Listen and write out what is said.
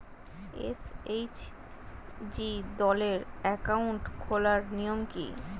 SHG দলের account খোলার নিয়ম কী?